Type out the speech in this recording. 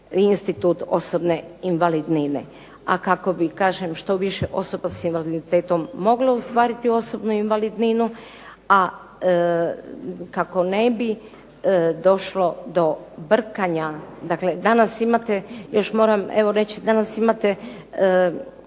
institut osobne invalidnine. A kako bi kažem što više osoba sa invaliditetom moglo ostvariti osobnu invalidninu, a kako ne bi došlo do brkanja. Dakle, danas imate još moram evo reći, danas imate